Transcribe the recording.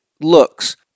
looks